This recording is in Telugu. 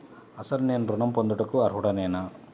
అసలు నేను ఋణం పొందుటకు అర్హుడనేన?